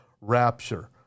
rapture